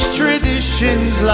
traditions